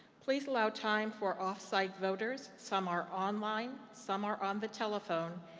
please allow time for off-site voters. some are online. some are on the telephone.